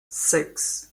six